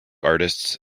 artists